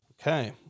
Okay